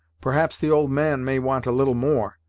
perhaps the old man may want a little more,